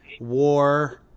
War